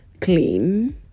clean